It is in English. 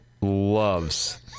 loves